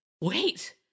wait